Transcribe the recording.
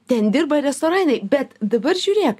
ten dirba restorane bet dabar žiūrėk